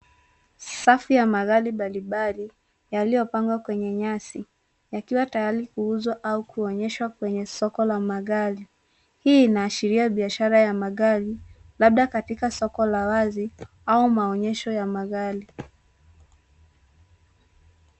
Safu ya magari mbalimbali yaliyopangwa kwenye nyasi, yakiwa tayari kuuzwa au kuonyeshwa kwenye soko la magari. Hii ina ashiria biashara ya magari labda katika soko la wazi au maonyesho ya magari.